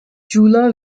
chula